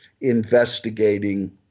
investigating